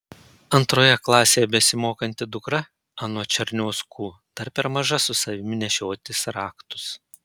antroje klasėje besimokanti dukra anot černiauskų dar per maža su savimi nešiotis raktus